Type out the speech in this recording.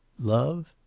love?